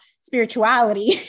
spirituality